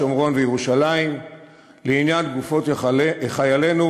שומרון וירושלים לעניין גופות חיילינו